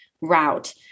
route